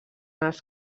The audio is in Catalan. els